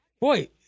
Boy